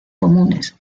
comunes